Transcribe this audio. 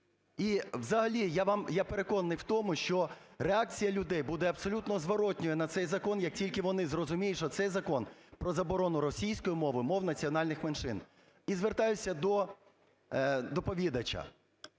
і взагалі, я переконаний в тому, що реакція людей буде абсолютно зворотною на цей закон, як тільки вони зрозуміють, що цей закон про заборону російської мови, мов національних меншин. І звертаюся до доповідача.